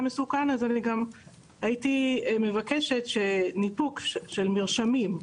מסוכן אני הייתי מבקשת שניפוק של מרשמים,